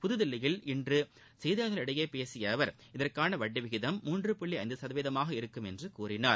புதுதில்லியில் செய்தியாளர்களிடம் பேசிய அவர் இதற்கான வட்டி விகிதம் மூன்று புள்ளி ஐந்து சதவீதமாக இருக்கும் என்று கூறினார்